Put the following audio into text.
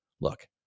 Look